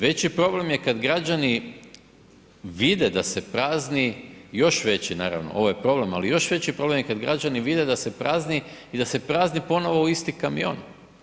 Veći problem je kad građani vide da se prazni, još veći naravno ovo je problem, ali još veći problem je kad građani vide da se prazni i da se prazni ponovo u isti kamion.